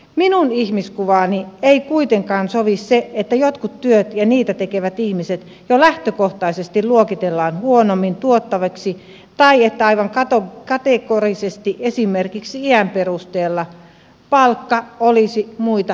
minun ihmiskuvaani ei kuitenkaan sovi se että jotkut työt ja niitä tekevät ihmiset jo lähtökohtaisesti luokitellaan huonommin tuottaviksi tai että aivan kategorisesti esimerkiksi iän perusteella palkka olisi muita heikompi